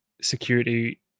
security